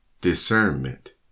discernment